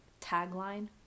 tagline